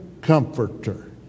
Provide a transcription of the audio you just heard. Comforter